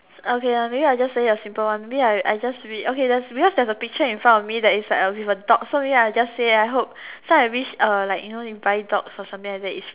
okay lah maybe I just say a simple one maybe I I just read okay there's because there's a picture in front of me that is like with a dog so ya I just say I hope so I wish uh like you know you buy dogs or something like that it's